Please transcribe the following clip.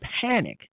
panic